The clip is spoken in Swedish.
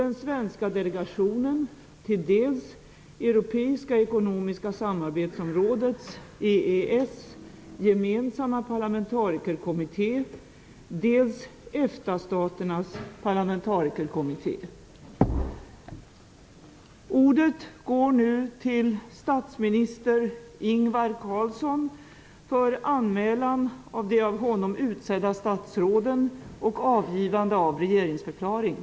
Det är inför denna uppgift som jag har valt följande statsråd att tillsammans med mig ingå i regeringen. Statsråd och chef för Kommunikationsdepartementet är Ines Uusmann. Statsråd och chef för Arbetsmarknadsdepartementet är Anders Sundström. Statsråd och chef för Miljö och naturresursdepartementet är Anna Lindh.